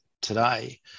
today